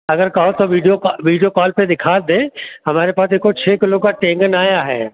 अगर कहो तो वीडियो का वीडियो कॉल पर दिखा दें हमारे पास एगो छः किलो का टेंगन आया है